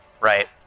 right